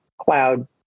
cloud